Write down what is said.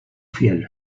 fiel